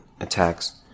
attacks